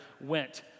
went